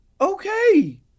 Okay